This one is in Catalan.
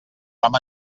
vam